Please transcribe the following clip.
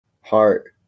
heart